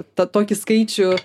tą tokį skaičių